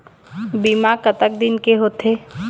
बीमा कतक दिन के होते?